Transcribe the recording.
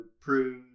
prove